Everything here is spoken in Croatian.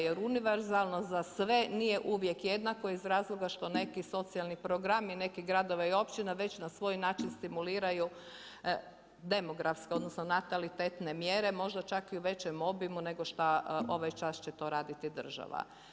Jer univerzalno za sve nije uvijek jednako, iz razloga što neki socijalni programi, nekih gradova i općina, već na svoj način stimuliraju demografske, odnosno natalitetne mjere, možda čak i u većem obimu nego šta ovaj čas će to raditi država.